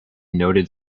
noted